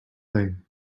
thing